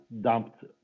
dumped